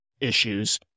issues